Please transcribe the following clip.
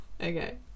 Okay